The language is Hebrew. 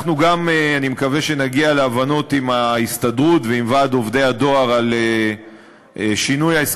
אני מקווה שנגיע להסכמות עם ההסתדרות ועם ועד עובדי הדואר על